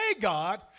God